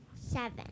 Seven